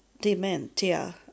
dementia